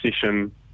session